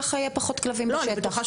כך יהיה פחות כלבים בשטח חזרה.